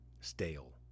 stale